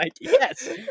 yes